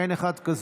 אין אחד כזה.